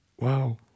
Wow